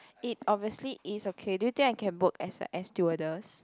it obviously is okay do you think I can work as a air stewardess